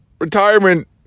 retirement